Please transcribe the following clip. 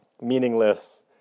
meaningless